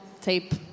tape